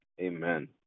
Amen